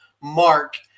mark